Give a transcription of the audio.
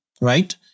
right